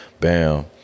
bam